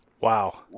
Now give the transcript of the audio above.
Wow